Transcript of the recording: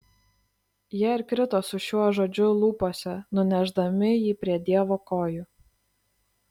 jie ir krito su šiuo žodžiu lūpose nunešdami jį prie dievo kojų